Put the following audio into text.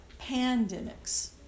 pandemics